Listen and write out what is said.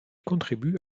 contribue